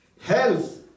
Health